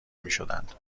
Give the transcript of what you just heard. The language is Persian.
میشدند